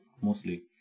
mostly